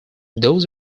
those